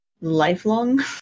lifelong